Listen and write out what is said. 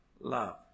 love